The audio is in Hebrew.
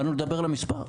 באנו לדבר על המספר.